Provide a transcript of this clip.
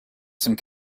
some